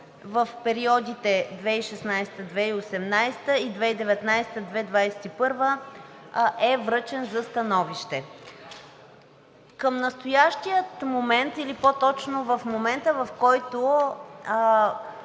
в периодите 2016 – 2018 г. и 2019 – 2021 г. е връчен за становище. Към настоящия момент или по-точно в момента, в който